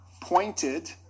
pointed